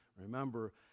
Remember